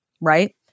right